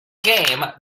game